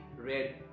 red